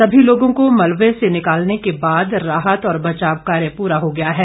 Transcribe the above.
सभी लोगों को मलबे से निकालने के बाद राहत और बचाव कार्य पूरा हो गया है